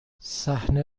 صحنه